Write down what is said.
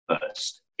first